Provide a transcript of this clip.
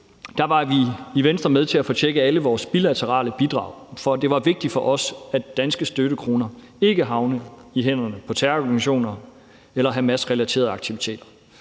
ud, var vi i Venstre med til at få tjekket alle vores bilaterale bidrag. For det var vigtigt for os, at danske støttekroner ikke havnede i hænderne på terrororganisationer eller Hamasrelaterede aktiviteter.